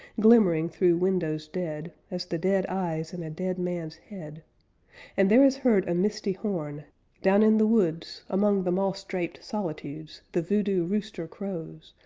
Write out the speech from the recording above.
glimmering through windows dead as the dead eyes in a dead man's head and there is heard a misty horn down in the woods, among the moss-draped solitudes, the voodoo rooster crows,